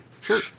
Sure